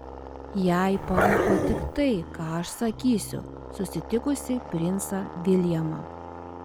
jai parūpo tik tai ką aš sakysiu susitikusi princą viljamą